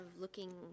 looking